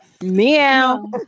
Meow